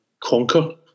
conquer